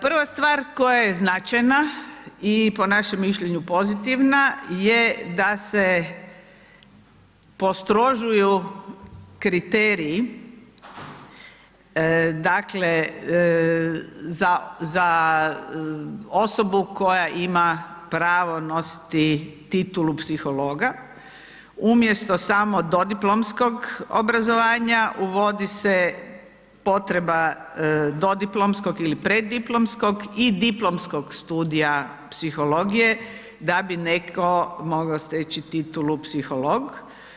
Prva stvar koja je značajna i po našem mišljenju pozitivna je da se postrožuju kriteriji dakle za osobu koja ima pravo nositi titulu psihologa umjesto samo dodiplomskog obrazovanja uvodi se potreba dodiplomskog ili preddiplomskog i diplomskog studija psihologije da bi netko mogao steći titulu psiholog.